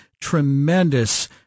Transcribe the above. tremendous